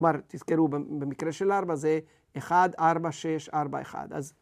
‫כלומר, תזכרו, במקרה של 4 ‫זה 1, 4, 6, 4, 1 אז